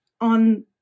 on